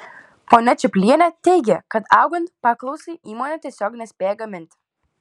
ponia čiplienė teigia kad augant paklausai įmonė tiesiog nespėja gaminti